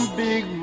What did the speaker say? big